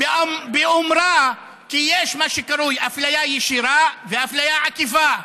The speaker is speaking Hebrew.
באומרה כי יש מה שקרוי "אפליה ישירה" ו"אפליה עקיפה".